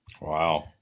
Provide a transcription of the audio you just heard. Wow